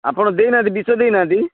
ଆପଣ ଦେଇନାହାନ୍ତି ବିଷ ଦେଇନାହାନ୍ତି